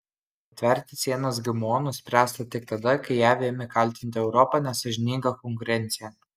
atverti sienas gmo nuspręsta tik tada kai jav ėmė kaltinti europą nesąžininga konkurencija